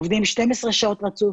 הם עובדים 12 שעות רצוף,